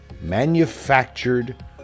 manufactured